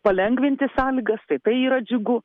palengvinti sąlygas tai tai yra džiugu